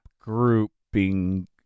grouping